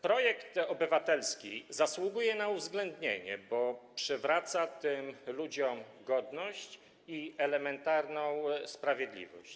Projekt obywatelski zasługuje na uwzględnienie, bo przywraca tym ludziom godność i elementarną sprawiedliwość.